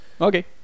Okay